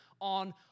on